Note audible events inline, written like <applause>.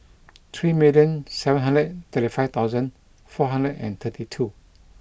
<noise> three million seven hundred thirty five thousand four hundred and thirty two